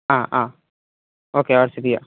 ആ ആ okay WhatsApp ചെയ്യാം